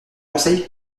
conseil